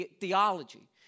theology